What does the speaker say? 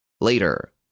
Later